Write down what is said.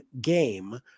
game